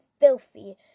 filthy